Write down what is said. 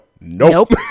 nope